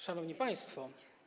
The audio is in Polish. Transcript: Szanowni Państwo!